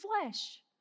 flesh